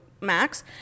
Max